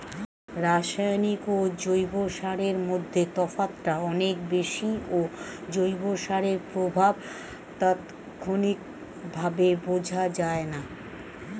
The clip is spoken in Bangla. রাসায়নিক ও জৈব সারের মধ্যে তফাৎটা অনেক বেশি ও জৈব সারের প্রভাব তাৎক্ষণিকভাবে বোঝা যায়না